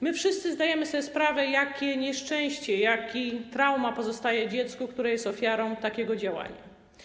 My wszyscy zdajemy sobie sprawę z tego, jakie nieszczęście, jaka trauma pozostaje w dziecku, które jest ofiarą takiego działania.